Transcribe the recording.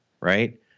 right